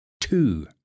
two